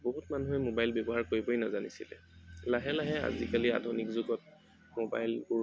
বহুত মানুহে মোবাইল ব্যৱহাৰ কৰিবই নাজানিছিলে লাহে লাহে আজিকালি আধুনিক যুগত মোবাইলবোৰ